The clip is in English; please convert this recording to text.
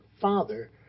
father